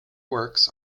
works